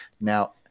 Now